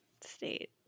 state